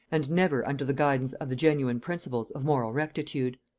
and never under the guidance of the genuine principles of moral rectitude.